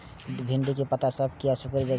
भिंडी के पत्ता सब किया सुकूरे छे?